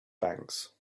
banks